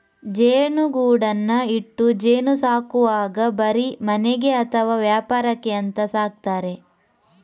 ಜೇನುಗೂಡನ್ನ ಇಟ್ಟು ಜೇನು ಸಾಕುವಾಗ ಬರೀ ಮನೆಗೆ ಅಥವಾ ವ್ಯಾಪಾರಕ್ಕೆ ಅಂತ ಸಾಕ್ತಾರೆ